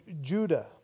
Judah